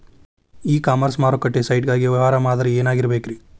E commerce ಮಾರುಕಟ್ಟೆ site ಗಾಗಿ ವ್ಯವಹಾರ ಮಾದರಿ ಏನಾಗಿರಬೇಕ್ರಿ?